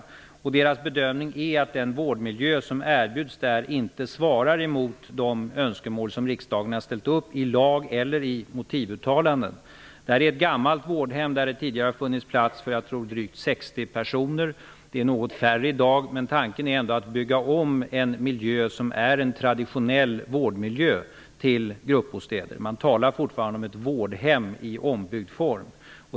Socialstyrelsens bedömning är att den vårdmiljö som erbjuds inte svarar mot de önskemål som riksdagen har ställt upp i lag eller i motivuttalanden. Det här är ett gammalt vårdhem där det tidigare har funnits plats för drygt 60 personer. Det är något färre i dag. Men tanken är ändå att bygga om en traditionell vårdmiljö till gruppbostäder. Man talar fortfarande om ett vårdhem i ombyggd form.